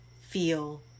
feel